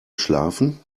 schlafen